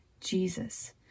Jesus